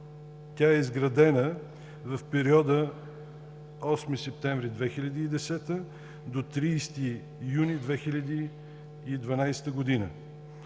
тя е изградена в периода 8 септември 2010 г. до 30 юни 2012 г.,